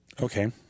Okay